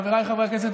חבריי חברי הכנסת,